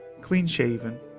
clean-shaven